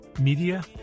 media